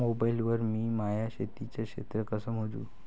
Mobile वर मी माया शेतीचं क्षेत्र कस मोजू?